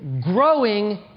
Growing